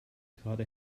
gerade